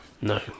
No